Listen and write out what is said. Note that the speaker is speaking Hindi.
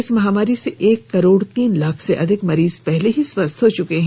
इस महामारी से एक करोड़ तीन लाख से अधिक मरीज पहले ही स्वस्थ हो चुके हैं